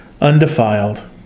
undefiled